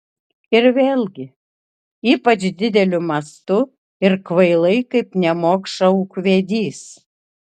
ir vėlgi ypač dideliu mastu ir kvailai kaip nemokša ūkvedys